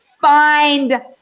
Find